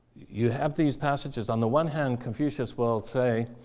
you have these passages. on the one hand, confucius will say,